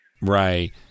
Right